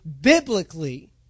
biblically